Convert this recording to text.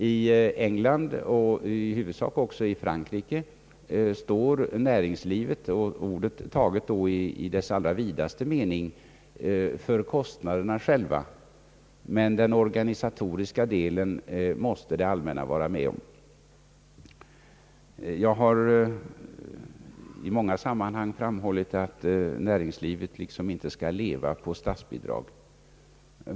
I England och i huvudsak också i Frankrike står näringslivet — ordet då taget i sin allra vidaste mening — för kostnaderna, men den organisatoriska delen måste det allmänna vara med om. Jag har i många sammanhang framhållit att näringslivet inte skall leva på statsbidrag.